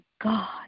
God